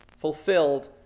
fulfilled